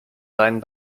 seinen